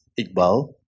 Iqbal